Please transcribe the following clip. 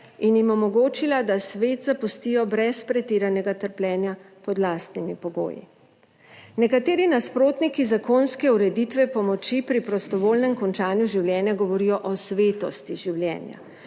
in jim omogočila, da svet zapustijo brez pretiranega trpljenja pod lastnimi pogoji. Nekateri nasprotniki zakonske ureditve pomoči pri prostovoljnem končanju življenja govorijo o svetosti življenja,